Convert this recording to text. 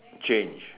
change